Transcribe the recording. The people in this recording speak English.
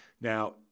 Now